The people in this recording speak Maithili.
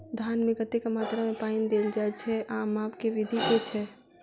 धान मे कतेक मात्रा मे पानि देल जाएँ छैय आ माप केँ विधि केँ छैय?